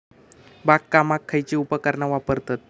बागकामाक खयची उपकरणा वापरतत?